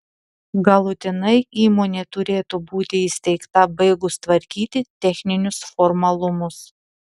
galutinai įmonė turėtų būti įsteigta baigus tvarkyti techninius formalumus